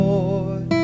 Lord